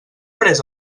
pres